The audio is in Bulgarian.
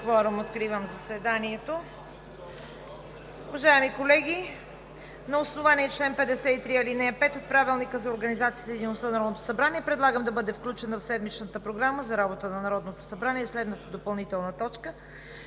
Откривам заседанието. Уважаеми колеги, на основание чл. 53, ал. 5 от Правилника за организацията и дейността на Народното събрание предлагам да бъде включена в Седмичната програма за работа на Народното събрание следната допълнителна точка: